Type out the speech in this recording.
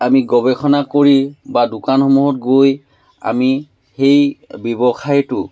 আমি গৱেষণা কৰি বা দোকানসমূহত গৈ আমি সেই ব্যৱসায়টো